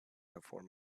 before